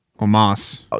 Omas